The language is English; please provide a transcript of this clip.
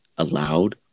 allowed